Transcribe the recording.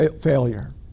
failure